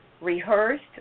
rehearsed